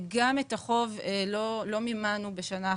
גם את החוב לא מימנו בשנה אחת.